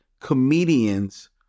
comedians